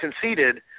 conceded